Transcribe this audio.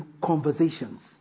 conversations